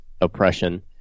oppression